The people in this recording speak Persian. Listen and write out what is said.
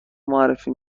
معرفی